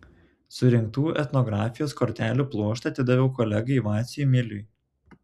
surinktų etnografijos kortelių pluoštą atidaviau kolegai vaciui miliui